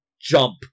jump